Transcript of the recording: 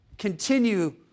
Continue